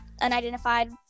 unidentified